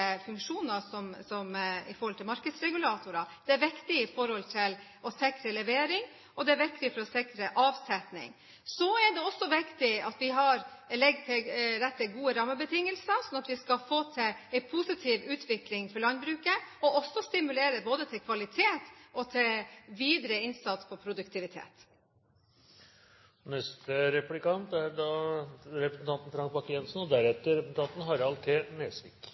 funksjoner i forhold til markedsregulatorer. Det er viktig for å sikre levering, og det er viktig for å sikre avsetning. Så er det også viktig at vi legger til rette for gode rammebetingelser, slik at vi skal få til en positiv utvikling for landbruket, og også stimulerer til både kvalitet og til videre innsats på produktivitet. I Høyre er vi også ofte rundt og